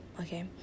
okay